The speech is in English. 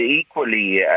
equally